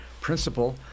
principle